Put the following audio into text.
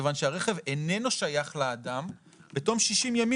כיוון שהרכב איננו שייך לאדם בתום 60 ימים